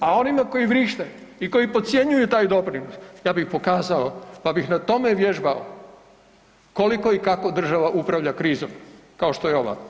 A onima koji vrište i koji podcjenjuju taj doprinos ja bi im pokazao, pa bih na tome vježbao koliko i kako država upravlja krizom kao što je ova.